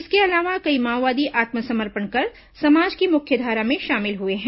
इसके अलावा कई माओवादी आत्मसमर्पण कर समाज की मुख्यधारा में शामिल हुए हैं